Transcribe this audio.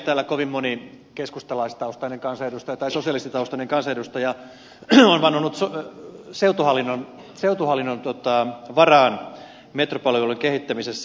täällä kovin moni keskustalaistaustainen kansanedustaja tai sosialistitaustainen kansanedustaja on vannonut seutuhallinnon varaan metropolialueen kehittämisessä